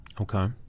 okay